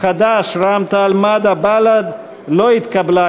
חד"ש רע"ם-תע"ל-מד"ע בל"ד לא התקבלה.